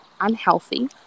unhealthy